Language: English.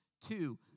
two